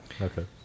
Okay